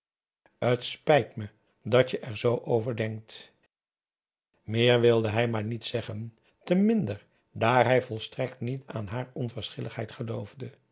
t spijt me dat je er zoo over denkt meer wilde hij maar niet zeggen te minder daar hij volstrekt niet aan haar onverschilligheid geloofde